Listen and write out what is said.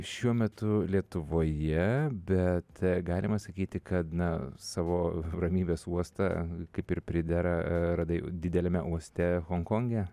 šiuo metu lietuvoje bet galima sakyti kad na savo ramybės uostą kaip ir pridera radai dideliame uoste honkonge